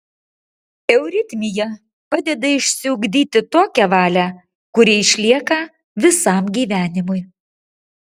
euritmija padeda išsiugdyti tokią valią kuri išlieka visam gyvenimui